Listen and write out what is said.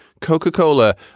Coca-Cola